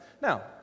Now